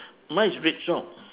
mine is red short